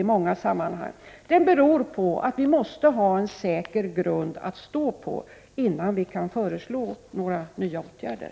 Den långsamma handläggningen beror på att vi måste ha en säker grund att stå på, innan vi kan föreslå några nya åtgärder.